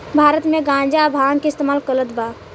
भारत मे गांजा आ भांग के इस्तमाल गलत बा